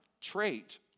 trait